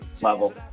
level